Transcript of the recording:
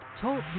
Talk